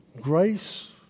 Grace